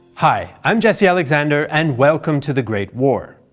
hi, i'm jesse alexander and welcome to the great war.